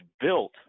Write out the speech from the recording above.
built